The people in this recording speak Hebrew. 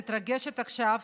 אני מתרגשת עכשיו,